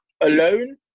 alone